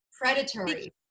predatory